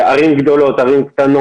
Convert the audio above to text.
יש ערים גדולות וערים קטנות,